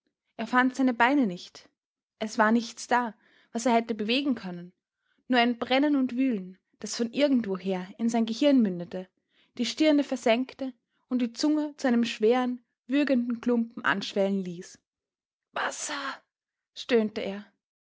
er fand seine beine nicht es war nichts da was er hätte bewegen können nur ein brennen und wühlen das von irgendwo her in sein gehirn mündete die stirne versengte und die zunge zu einem schweren würgenden klumpen anschwellen ließ wasser stöhnte er